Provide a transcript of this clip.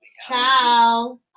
Ciao